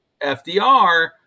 FDR